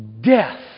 Death